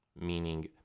meaning